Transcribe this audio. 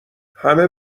همه